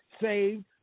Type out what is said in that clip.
saved